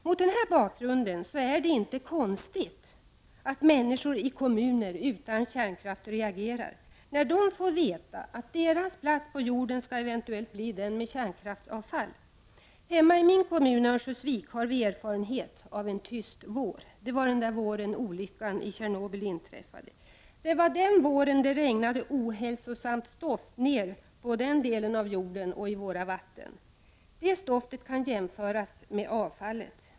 Mot den bakgrunden är det inte konstigt att människor i kommuner utan kärnkraft reagerar när de får veta att deras plats på jorden eventuellt skall bli den med kärnkraftsavfall. Hemma i min kommun, Örnsköldsvik, har vi erfarenhet av en tyst vår. Det var den våren då olyckan i Tjernobyl inträffade. Det var den våren det regnade ohälsosamt stoft ned på den delen av jorden och i våra vatten. Det stoftet kan jämföras med avfallet.